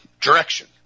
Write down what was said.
Direction